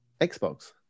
Xbox